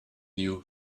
new